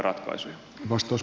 arvoisa puhemies